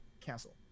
Cancel